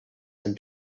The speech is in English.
than